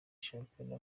shampiyona